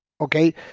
okay